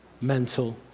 mental